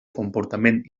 comportament